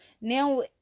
now